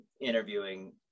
interviewing